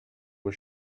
was